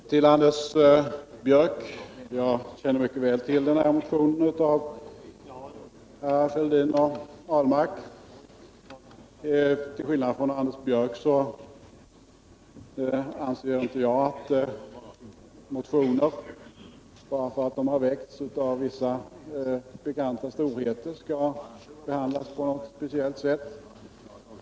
Herr talman! Till Anders Björck vill jag säga att jag mycket väl känner till den motion av Thorbjörn Fälldin och Per Ahlmark som Anders Björck talade om, men till skillnad från Anders Björck anser inte jag att motioner skall behandlas på ett speciellt sätt bara för att de har väckts av vissa bekanta storheter.